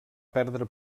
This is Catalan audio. perdre